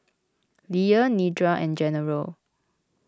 Leah Nedra and General